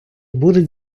будуть